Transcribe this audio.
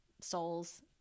souls